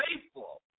faithful